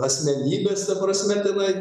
asmenybės ta prasme tenai